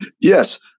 Yes